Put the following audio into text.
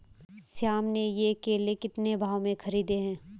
श्याम ने ये केले कितने भाव में खरीदे हैं?